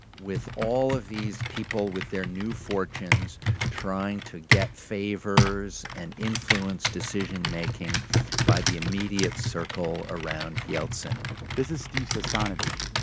with all of these people with their new fortunes trying to get favors and influence decision-making by the immediate circle around yeltsin this is steve sestanovich.